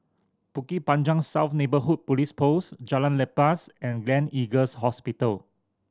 Bukit Panjang South Neighbourhood Police Post Jalan Lepas and Gleneagles Hospital